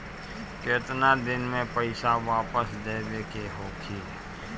केतना दिन में पैसा वापस देवे के होखी?